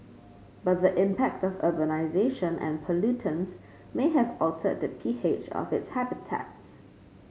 but the impact of urbanisation and pollutants may have altered the pH of its habitats